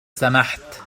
سمحت